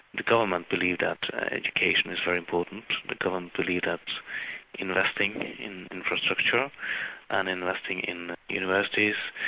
the government believes that education is very important. the government believes that investing in infrastructure and investing in universities,